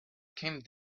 came